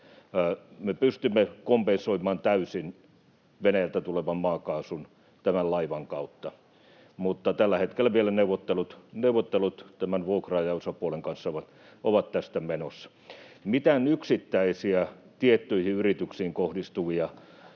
Me pystymme kompensoimaan täysin Venäjältä tulevan maakaasun tämän laivan kautta, mutta tällä hetkellä vielä neuvottelut tästä tämän vuokraajaosapuolen kanssa ovat menossa. Mitään yksittäisiä tiettyihin yrityksiin kohdistuvia